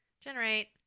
Generate